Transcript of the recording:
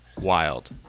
wild